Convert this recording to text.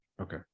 Okay